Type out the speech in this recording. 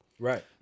Right